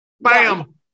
Bam